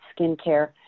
skincare